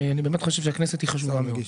באמת אני חושב שהכנסת חשובה מאוד.